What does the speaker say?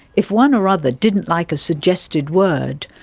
if one or other didn't like a suggested word,